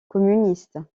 communiste